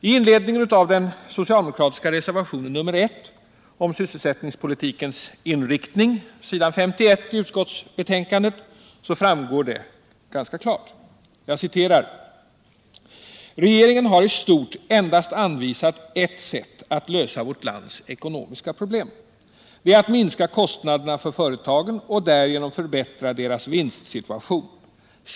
I inledningen av den socialdemokratiska reservationen I om sysselsättningspolitikens inriktning på s. 51 i utskottsbetänkandet framgår det ganska klart: ”Regeringen har i stort endast anvisat ett sätt att lösa vårt lands ekonomiska problem. Det är att minska kostnaderna för företagen och därigenom förbättra deras vinstsituation.